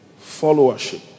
Followership